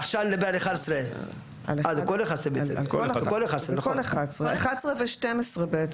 עכשיו אני מדבר על כל 11. 11 ו-12 בעצם,